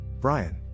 Brian